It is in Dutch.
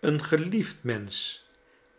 een geliefd mensch